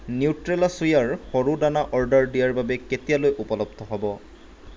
Nutrela চোয়াৰ সৰু দানা অৰ্ডাৰ দিয়াৰ বাবে কেতিয়ালৈ উপলব্ধ হ'ব